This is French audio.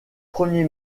premier